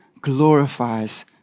glorifies